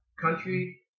Country